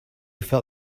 felt